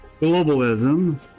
globalism